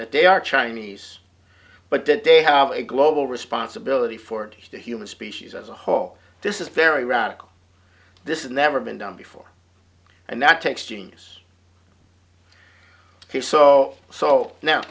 that they are chinese but that they have a global responsibility for the human species as a whole this is very radical this is never been done before and that takes genius so so now